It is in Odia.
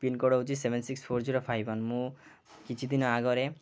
ପିନ୍ କୋଡ଼୍ ହେଉଛି seven six four zero five one ମୁଁ କିଛି ଦିନ ଆଗରେ